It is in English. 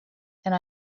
and